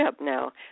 now